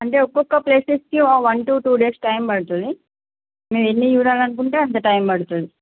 అంటే ఒక్కొక ప్లేసెస్కి ఓ one two two days time పడుతుంది మీ ఎన్ని చూడాలని అనుకుంటే అంత టైమ్ పడుతుంది